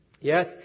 Yes